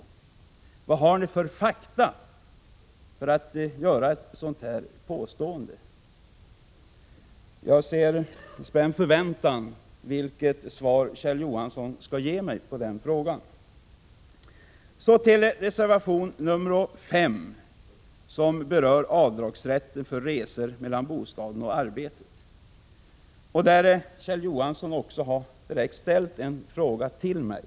Vilka fakta har ni för att göra ett sådant påstående? Jag avvaktar med spänd förväntan det svar Kjell Johansson skall ge mig på frågan. Så till reservation 5, som berör rätten till avdrag för resor mellan bostaden och arbetet. Kjell Johansson har även på denna punkt ställt en direkt fråga till mig.